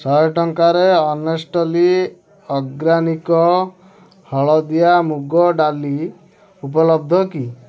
ଶହେ ଟଙ୍କାରେ honestly organic ହଳଦିଆ ମୁଗ ଡାଲି ଉପଲବ୍ଧ କି